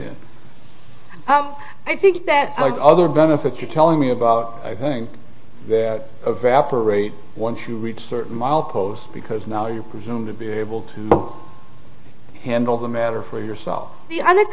in up i think that like other benefit you're telling me about i think that evaporate once you reach a certain milepost because now you presume to be able to handle the matter for yourself the